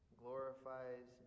glorifies